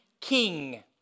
king